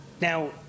Now